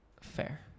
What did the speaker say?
Fair